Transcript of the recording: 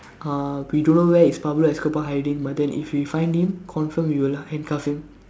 uh we don't know where is Pablo Escobar hiding but then if we find him confirm we will handcuff him